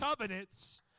covenants